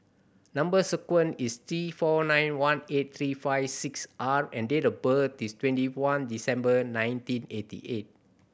number sequence is T four nine one eight three five six R and date of birth is twenty one December nineteen eighty eight